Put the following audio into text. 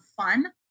fun